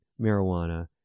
marijuana